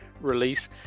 release